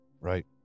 Right